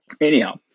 Anyhow